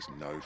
no